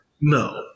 No